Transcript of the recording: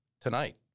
tonight